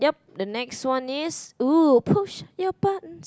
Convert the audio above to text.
the next one is ooh push your button